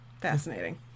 Fascinating